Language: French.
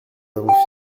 avons